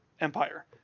Empire